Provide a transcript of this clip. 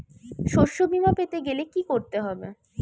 শষ্যবীমা পেতে গেলে কি করতে হবে?